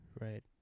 right